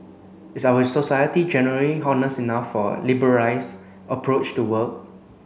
is our society generally honest enough for a liberalised approach to work